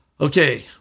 Okay